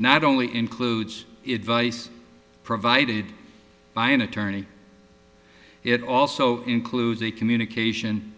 not only includes it vice provided by an attorney it also includes a communication